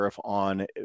on